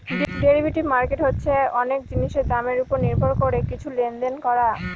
derivative market হচ্ছে অনেক জিনিসের দামের ওপর নির্ভর করে কিছু লেনদেন করা